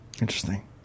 Interesting